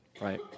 right